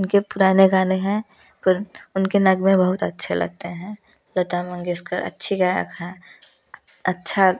उनके पुराने गाने हैं पर उनके नगमें बहुत लगते हैं लता मंगेसकर अच्छी गायक हैं अच्छा